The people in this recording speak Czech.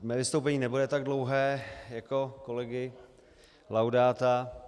Mé vystoupení nebude tak dlouhé jako kolegy Laudáta.